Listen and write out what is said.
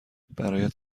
برایت